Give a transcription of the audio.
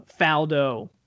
Faldo